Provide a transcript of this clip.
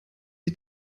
ich